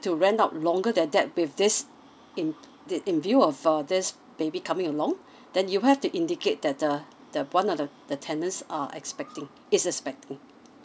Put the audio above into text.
to rent out longer than that with this in t~ in view of uh this baby coming along then you have to indicate that the the one of the the tenants are expecting is expecting